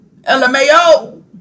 LMAO